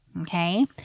okay